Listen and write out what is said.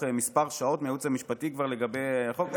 מספר שעות מהייעוץ המשפטי לגבי החוק?